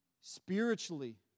spiritually